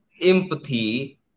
empathy